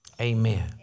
Amen